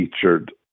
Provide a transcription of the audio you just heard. featured